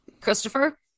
Christopher